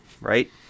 right